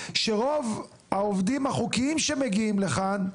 שרוב העובדים החוקיים שמגיעים לכאן,